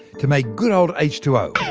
to make good old h two o.